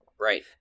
Right